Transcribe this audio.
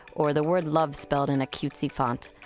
or the word love spelled in a cutesy font.